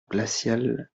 glaciale